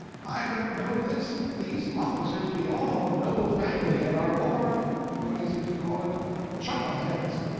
i but know this these officers be all of noble family, and are born what is it you call it chuckleheads.